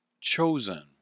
chosen